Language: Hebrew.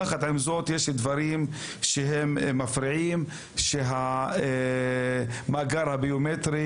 יחד עם זאת יש דברים שמפריעים שהמאגר הביומטרי